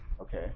okay